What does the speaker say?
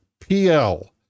PL